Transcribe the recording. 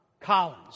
Collins